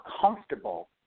comfortable